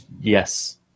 Yes